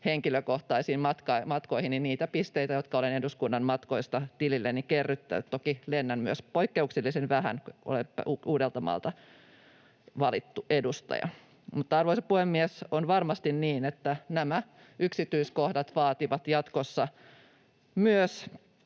henkilökohtaisiin matkoihini niitä pisteitä, jotka olen eduskunnan matkoista tililleni kerryttänyt. Toki lennän myös poikkeuksellisen vähän — olen Uudeltamaalta valittu edustaja. Mutta, arvoisa puhemies, on varmasti niin, että nämä yksityiskohdat vaativat jatkossa myös